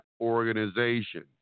organization